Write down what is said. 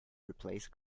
replace